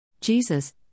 Jesus